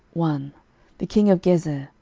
one the king of gezer,